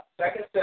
second